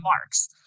marks